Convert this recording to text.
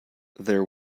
there